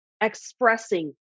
expressing